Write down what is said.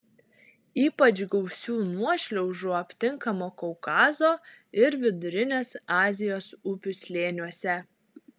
ypač gausių nuošliaužų aptinkama kaukazo ir vidurinės azijos upių slėniuose